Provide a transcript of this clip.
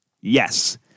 Yes